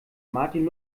martin